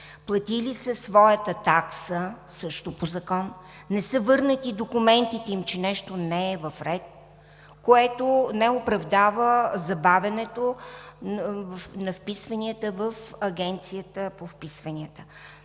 платили са своята такса, също по закон. Не са върнати документите им, че нещо не е в ред, което не оправдава забавянето на вписванията в Агенцията по вписванията.